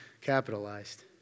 capitalized